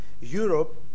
Europe